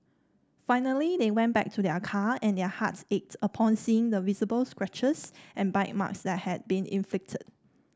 finally they went back to their car and their hearts ached upon seeing the visible scratches and bite marks that had been inflicted